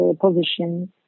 positions